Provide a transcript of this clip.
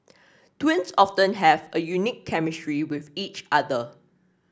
twins often have a unique chemistry with each other